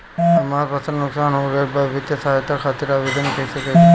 हमार फसल नुकसान हो गईल बा वित्तिय सहायता खातिर आवेदन कइसे करी?